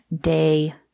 day